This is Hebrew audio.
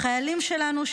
החיילים שלנו,